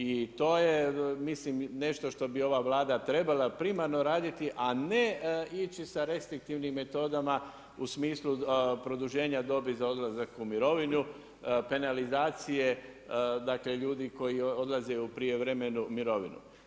I to je mislim nešto što bi ova Vlada trebala primarno raditi, a ne ići sa restriktivnim metodama u smislu produženja dobi za odlazak u mirovinu, penalizacije dakle ljudi koji odlaze u prijevremenu mirovinu.